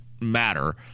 matter